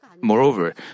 Moreover